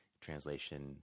translation